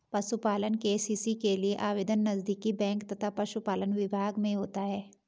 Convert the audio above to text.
पशुपालन के.सी.सी के लिए आवेदन नजदीकी बैंक तथा पशुपालन विभाग में होता है